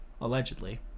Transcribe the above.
allegedly